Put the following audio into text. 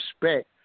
respect